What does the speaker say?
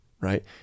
right